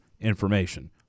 information